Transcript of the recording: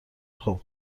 خوب